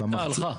הלכה.